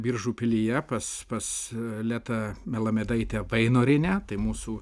biržų pilyje pas pas letą melamedaitę vainorienę tai mūsų